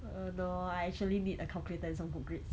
err no I actually need a calculator and some good grades